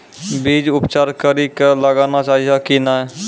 बीज उपचार कड़ी कऽ लगाना चाहिए कि नैय?